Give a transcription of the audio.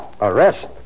Arrest